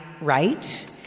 right